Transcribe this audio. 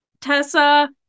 Tessa